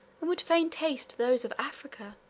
would fain taste those of africa.